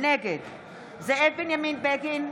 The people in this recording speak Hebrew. נגד זאב בנימין בגין,